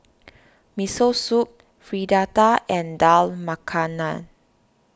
Miso Soup Fritada and Dal Makhani